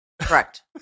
Correct